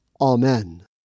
Amen